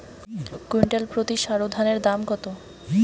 Quintal প্রতি সরুধানের দাম কত?